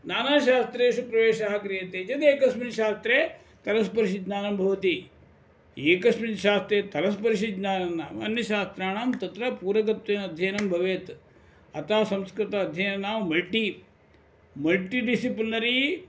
नानाशास्त्रेषु प्रवेशः क्रियते चेद् एकस्मिन् शास्त्रे तलस्पर्शिज्ञानं भवति एकस्मिन् शास्त्रे तलस्पर्शिज्ञानं नाम अन्यशास्त्राणां तत्र पूरकत्वेन अध्ययनं भवेत् अतः संस्कृतस्य अध्ययनं नाम मल्टि मल्टि डिसिप्ल्नरी